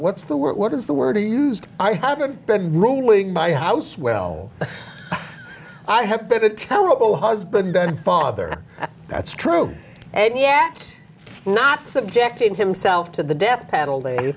what's the word what is the word he used i haven't been rolling my house well i have been a terrible husband and father that's true and yet not subjecting himself to the death penalty